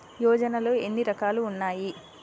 యోజనలో ఏన్ని రకాలు ఉన్నాయి?